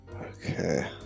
Okay